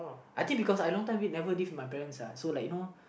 I think because I long time wait never leave my parents uh so like you know